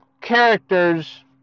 characters